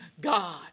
God